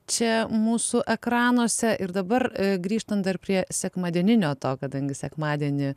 čia mūsų ekranuose ir dabar grįžtant dar prie sekmadieninio to kadangi sekmadienį